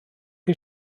chi